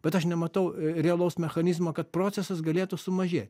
bet aš nematau realaus mechanizmo kad procesas galėtų sumažėt